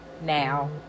now